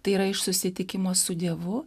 tai yra iš susitikimo su dievu